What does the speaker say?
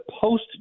post